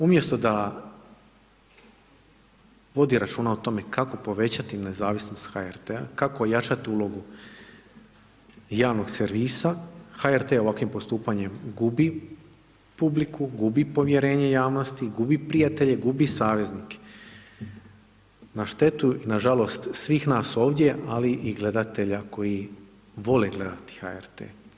Umjesto da vodi računa o tome kako povećati nezavisnost HRT-a, kako ojačati ulogu javnog servisa, HRT ovakvim postupanjem gubi publiku, gubi povjerenje javnosti, gubi prijatelje, gubi saveznike na štetu i nažalost svih nas ovdje ali i gledatelja koji vole gledati HRT.